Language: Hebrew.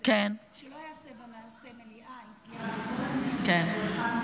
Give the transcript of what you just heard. להמשיך לדבר.